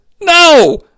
No